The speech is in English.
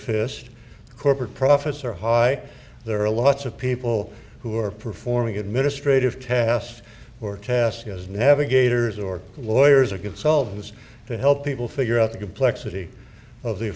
fist corporate profits are high there are lots of people who are performing administrative tasks or task as navigators or lawyers or consultants to help people figure out the complexity of the